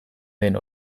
den